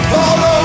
Follow